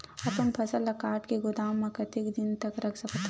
अपन फसल ल काट के गोदाम म कतेक दिन तक रख सकथव?